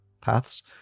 paths